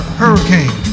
hurricane